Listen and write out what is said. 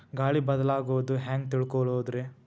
ಗಾಳಿ ಬದಲಾಗೊದು ಹ್ಯಾಂಗ್ ತಿಳ್ಕೋಳೊದ್ರೇ?